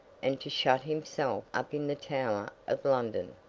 and to shut himself up in the tower of london.